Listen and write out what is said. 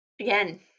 Again